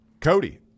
Cody